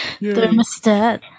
Thermostat